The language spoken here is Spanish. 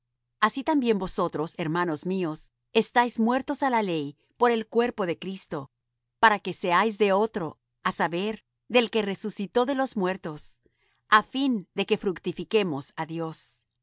así también vosotros hermanos míos estáis muertos á la ley por el cuerpo de cristo para que seáis de otro á saber del que resucitó de los muertos á fin de que fructifiquemos á dios